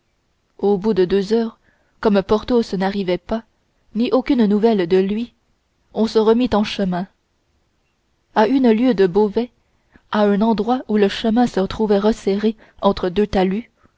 au bout de deux heures comme porthos n'arrivait pas ni aucune nouvelle de lui on se remit en chemin à une lieue de beauvais à un endroit où le chemin se trouvait resserré entre deux talus